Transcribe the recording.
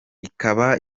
ikaba